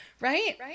Right